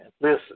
listen